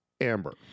Amber